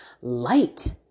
light